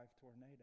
tornado